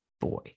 boy